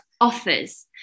offers